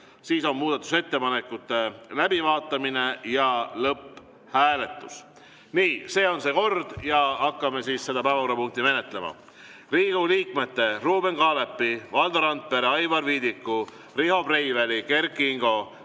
Siis on muudatusettepanekute läbivaatamine ja lõpphääletus. Nii, see on see kord. Hakkame siis seda päevakorrapunkti menetlema. Riigikogu liikmete Ruuben Kaalepi, Valdo Randpere, Aivar Viidiku, Riho Breiveli, Kert Kingo,